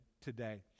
today